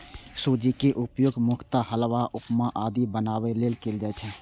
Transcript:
सूजी के उपयोग मुख्यतः हलवा, उपमा आदि बनाबै लेल कैल जाइ छै